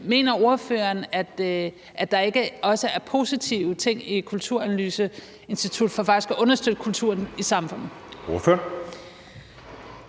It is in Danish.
mener ordføreren, at der ikke også er positive ting i et kulturanalyseinstitut i forhold til faktisk at understøtte kulturen i samfundet? Kl.